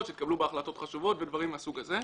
שהתקבלו בה החלטות חשובות ודברים מהסוג הזה.